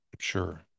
sure